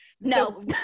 No